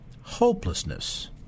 hopelessness